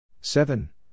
seven